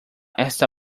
esta